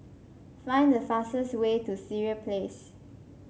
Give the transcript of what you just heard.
find the fastest way to Sireh Place